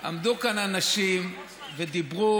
עמדו כאן אנשים ודיברו